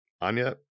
Anya